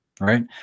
right